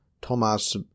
Thomas